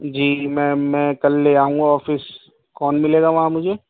جی ma'am میں کل لے آؤں گا آفس کون ملے وہاں مجھے